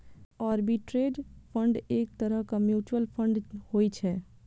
arbitrage fund एक तरहक mutual fund होइ छै